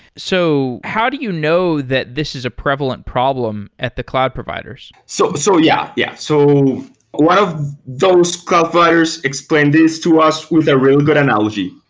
so how do you know that this is a prevalent problem at the cloud providers? so so yeah yeah. so one of those cloud providers explained this to us with a real good analogy.